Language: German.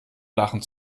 lachen